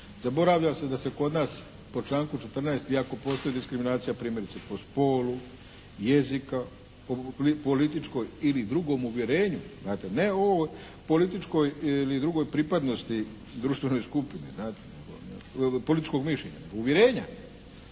Zaboravlja se da se kod nas po članku 14. iako postoji diskriminacija primjerice po spolu, jezika, političkom ili drugom uvjerenju, znate ne ovo političkoj ili drugoj pripadnosti društvenoj skupini, znate, političkog mišljenja, uvjerenja.